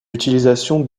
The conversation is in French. utilisation